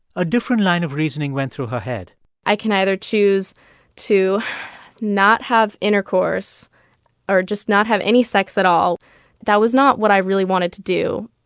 a different line of reasoning went through her head i can either choose to not have intercourse or just not have any sex at all that was not what i really wanted to do.